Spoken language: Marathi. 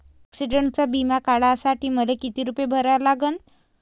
ॲक्सिडंटचा बिमा काढा साठी मले किती रूपे भरा लागन?